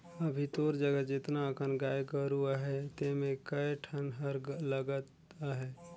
अभी तोर जघा जेतना अकन गाय गोरु अहे तेम्हे कए ठन हर लगत अहे